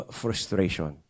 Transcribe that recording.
frustration